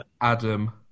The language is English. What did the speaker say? Adam